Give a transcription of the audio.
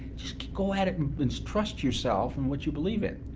just go at it and and trust yourself and what you believe in.